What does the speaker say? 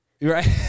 Right